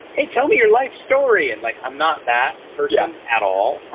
hey, tell me your life story! and, like, i'm not that person at all.